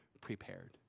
prepared